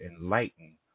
enlighten